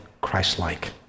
Christ-like